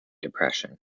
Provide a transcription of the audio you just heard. depression